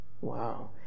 Wow